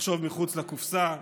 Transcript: לחשוב מחוץ לקופסה,